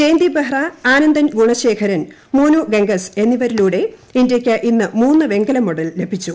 ജയന്തി ബെഹ്റ ആനന്ദൻ ഗുണശേഖരൻ മോനു ഗംഗസ് എന്നിവരിലൂടെ ഇന്ത്യക്ക് ഇന്ന് മൂന്ന് വെങ്കല മെഡൽ ലഭിച്ചു